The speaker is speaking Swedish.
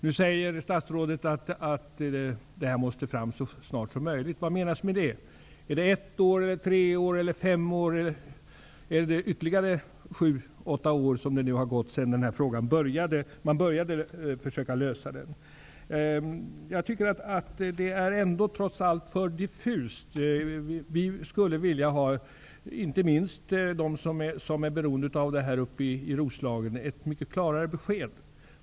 Nu säger statsrådet att detta måste fram så snart som möjligt. Vad menas med det? Är det ett år, tre år, fem år eller är det ytterligare sju, åtta år? Det är ju den tid som har gått sedan man började försöka lösa den här frågan? Det är ändå för diffust. Inte minst de som är beroende av detta uppe i Roslagen skulle vilja ha ett mycket klarare besked.